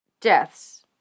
deaths